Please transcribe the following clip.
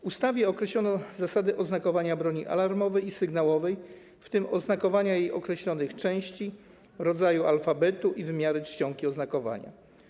W ustawie określono zasady oznakowania broni alarmowej i sygnałowej, w tym oznakowania jej określonych części, rodzaj alfabetu i wymiary czcionki oznakowania.